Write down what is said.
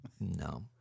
no